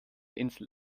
insel